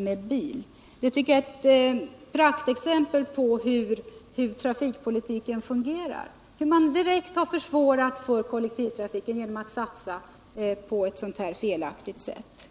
med bil. Det tycker jag är ett praktexempel på hur trafikpolitiken fungerar, hur man direkt har försvårat för kollektivtrafiken genom att satsa på ett felaktigt sätt.